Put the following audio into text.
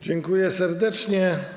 Dziękuję serdecznie.